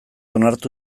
onartu